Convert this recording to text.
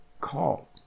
call